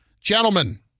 Gentlemen